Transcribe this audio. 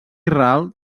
ral